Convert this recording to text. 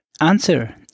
answer